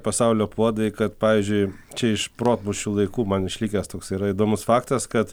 pasaulio puodai kad pavyzdžiui čia iš protmūšių laikų man išlikęs toks yra įdomus faktas kad